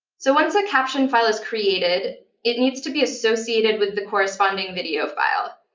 so once a caption file is created, it needs to be associated with the corresponding video file.